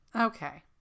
Okay